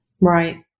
Right